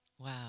Wow